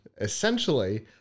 Essentially